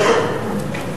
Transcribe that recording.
בסדר.